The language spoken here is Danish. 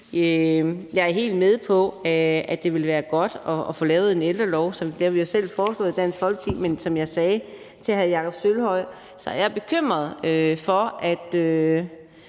Jeg er helt med på, at det ville være godt at få lavet en ældrelov. Det har vi også selv foreslået i Dansk Folkeparti. Men som jeg sagde til hr. Jakob Sølvhøj, så er jeg bekymret for, at